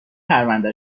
پرونده